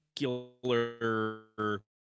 particular